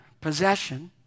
possession